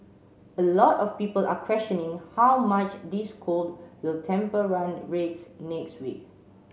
a lot of people are questioning how much this cold will temper run rates next week